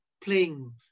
playing